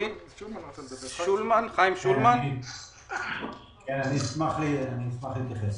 אני אשמח להתייחס.